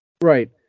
Right